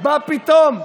מה פתאום?